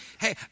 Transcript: hey